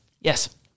Yes